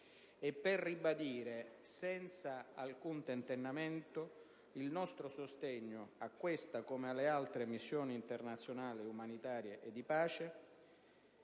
per ribadire, senza alcun tentennamento, il nostro sostegno a questa e alle altre missioni internazionali umanitarie e di pace;